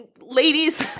Ladies